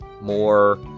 more